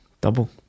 Double